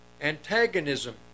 antagonism